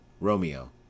Romeo